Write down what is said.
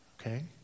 Okay